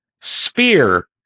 sphere